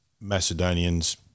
Macedonians